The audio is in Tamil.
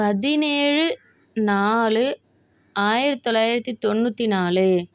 பதினேழு நாலு ஆயிரத்து தொள்ளாயிரத்து தொண்ணூற்றி நாலு